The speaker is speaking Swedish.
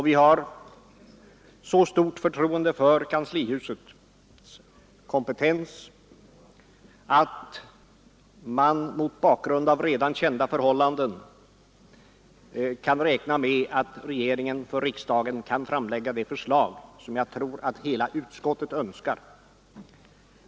Vi har så stort förtroende för kanslihusets kompetens att vi tror att regeringen mot bakgrund av redan kända förhållanden för riksdagen kan framlägga de förslag som nog hela ' utskottet önskar.